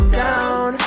down